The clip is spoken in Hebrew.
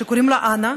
שקוראים לה אנה,